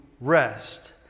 rest